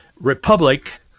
republic